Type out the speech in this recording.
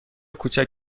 کوچک